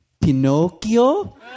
Pinocchio